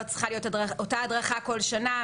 לא צריכה להיות אותה הדרכה כל שנה.